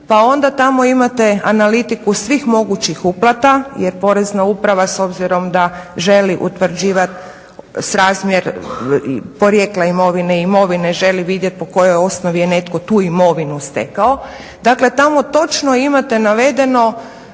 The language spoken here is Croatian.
Pa onda tamo imate analitiku svih mogućih uplata jer Porezna uprava s obzirom da želi utvrđivati srazmjer porijekla imovine i imovine želi vidjet po kojoj osnovi je netko tu imovinu stekao. Dakle, tamo točno imate navedeno